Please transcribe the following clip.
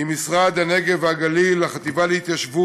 עם המשרד לפיתוח הנגב והגליל, החטיבה להתיישבות